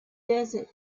desert